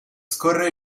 scorre